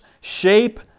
shape